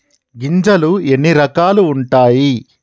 గింజలు ఎన్ని రకాలు ఉంటాయి?